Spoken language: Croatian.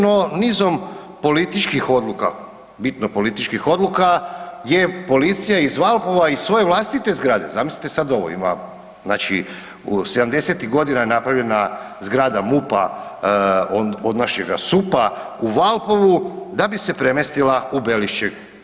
No nizom političkih odluka, bitno političkih odluka je policija iz Valpova iz svoje vlastite zgrade, zamislite sad ovo, ima, znači 70.-tih godina je napravljena zgrada MUP-a od našega SUP-a u Valpovu da bi se premjestila u Belišće.